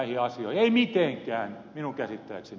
ei mitenkään minun käsittääkseni